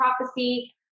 Prophecy